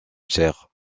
cher